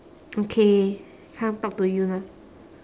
okay come talk to you lah